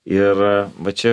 ir va čia